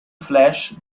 flash